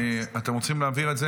אתם רוצים להעביר את זה,